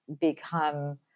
become